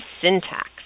syntax